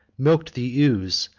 milked the ewes,